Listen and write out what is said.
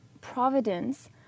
Providence